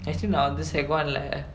actually நா வந்து:naa vanthu seg one lah